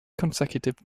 consecutive